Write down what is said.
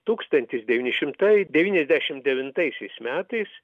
tūkstantis devyni šimtai devyniasdešimt devintaisiais metais